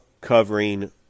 covering